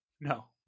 No